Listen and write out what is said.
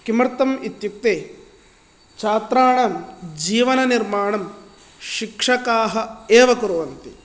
किमर्थम् इत्युक्ते छात्राणां जीवननिर्माणं शिक्षकाः एव कुर्वन्ति